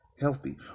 Healthy